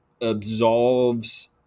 absolves